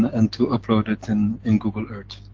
and to upload it and in google earth.